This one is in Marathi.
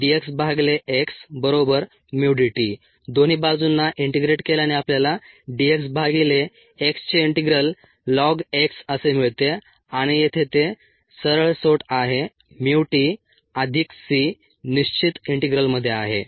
dxxμdt दोन्ही बाजूंना इंटीग्रेट केल्याने आपल्याला dx भागिले x चे इंटीग्रल ln x असे मिळते आणि येथे ते सरळसोट आहे mu t अधिक c निश्चित इंटीग्रलमध्ये आहे